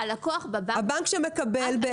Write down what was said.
הבנק שמקבל,